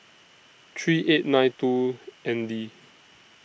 three eight nine two N D